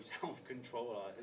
self-control